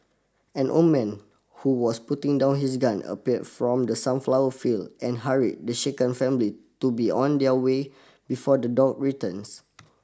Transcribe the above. an old man who was putting down his gun appeared from the sunflower field and hurried the shaken family to be on their way before the dog returns